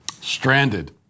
Stranded